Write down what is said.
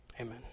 Amen